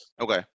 Okay